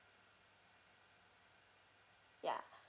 yeah